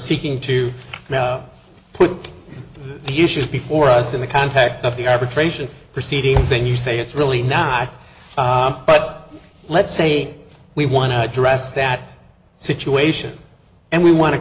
seeking to put the issues before us in the context of the arbitration proceedings and you say it's really not but let's say we want to address that situation and we want to